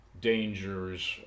dangers